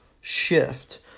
shift